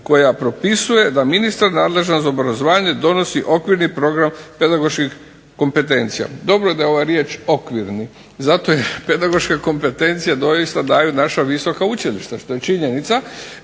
koja propisuje da ministar nadležan za obrazovanje donosi Okvirni program pedagoških kompetencija. Dobro je da je ova riječ okvirni zato jer pedagoške kompetencije doista daju naša visoka učilišta što je činjenica.